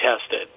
tested